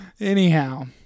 Anyhow